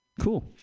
cool